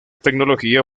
tecnología